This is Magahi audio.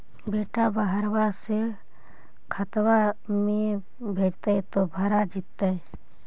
बेटा बहरबा से खतबा में भेजते तो भरा जैतय?